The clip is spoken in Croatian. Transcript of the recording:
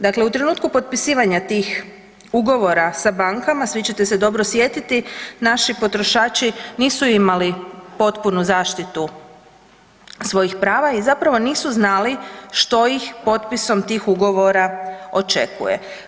Dakle, u trenutku potpisivanja tih ugovora sa bankama, svi ćete se dobro sjetiti, naši potrošači nisu imali potpunu zaštitu svojih prava i zapravo nisu znali što ih potpisom tih ugovora očekuje.